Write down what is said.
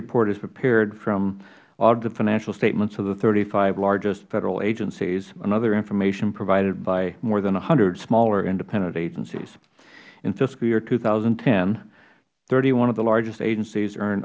report is prepared from all the financial statements of the thirty five largest federal agencies and other information provided by more than one hundred smaller independent agencies in fiscal year two thousand and ten thirty one of the largest agencies earn